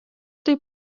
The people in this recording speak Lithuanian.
taip